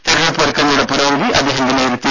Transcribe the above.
തിരഞ്ഞെടുപ്പ് ഒരുക്കങ്ങളുടെ പുരോഗതി അദ്ദേഹം വിലയിരുത്തി